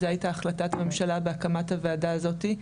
זו הייתה החלטת ממשלה בהקמת הוועדה הזאת,